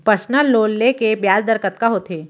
Personal loan ले के ब्याज दर कतका होथे?